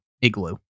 igloo